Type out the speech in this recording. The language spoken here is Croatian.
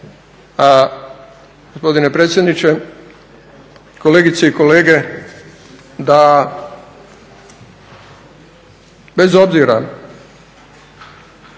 gospodine predsjedniče, kolegice i kolege, da bez obzira